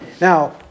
Now